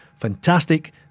Fantastic